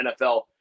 NFL